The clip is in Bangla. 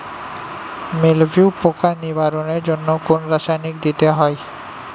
মিলভিউ পোকার নিবারণের জন্য কোন রাসায়নিক দিতে হয়?